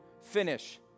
finish